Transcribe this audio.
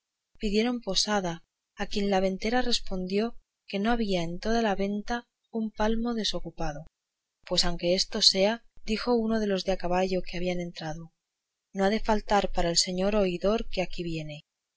pidieron posada a quien la ventera respondió que no había en toda la venta un palmo desocupado pues aunque eso sea dijo uno de los de a caballo que habían entrado no ha de faltar para el señor oidor que aquí viene